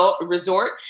resort